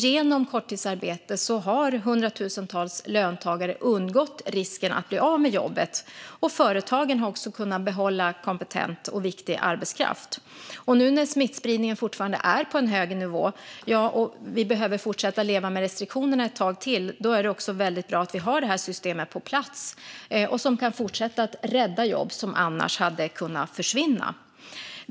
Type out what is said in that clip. Genom korttidsarbete har hundratusentals löntagare undgått risken att bli av med jobbet. Företagen har också kunnat behålla kompetent och viktig arbetskraft. Nu när smittspridningen fortfarande är på en hög nivå och vi behöver fortsätta att leva med restriktionerna ett tag till är det väldigt bra att vi har det här systemet på plats. Det kan fortsätta att rädda jobb som annars hade kunnat försvinna.